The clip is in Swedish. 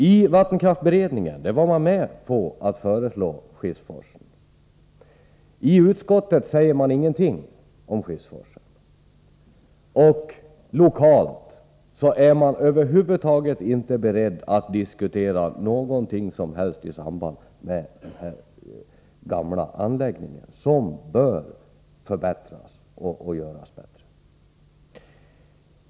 I vattenkraftsberedningen gick man med på att ta med Skifsforsen, men i utskottet sades ingenting om Skifsforsen. Lokalt är man över huvud taget inte beredd att diskutera den här gamla anläggningen, som bör förbättras.